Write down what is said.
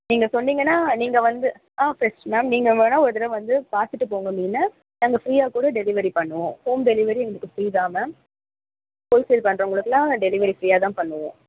நீங்கள் சொன்னீங்கனால் நீங்கள் வந்து ஆ ஃப்ரெஷ் மேம் நீங்கள் வேணால் ஒரு தடவை வந்து பார்த்துட்டு போங்க மீனை நாங்கள் ஃப்ரீயாக கூட டெலிவெரி பண்ணுவோம் ஹோம் டெலிவெரி எங்களுக்கு ஃப்ரீ தான் மேம் ஹோல் சேல் பண்ணுறவங்களுக்குலாம் டெலிவெரி ஃப்ரீயாக தான் பண்ணுவோம்